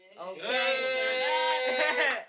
Okay